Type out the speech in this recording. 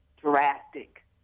drastic